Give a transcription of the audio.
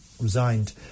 resigned